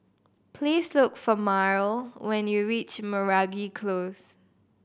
please look for Myrle when you reach Meragi Close